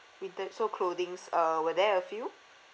winter so clothings uh were there a few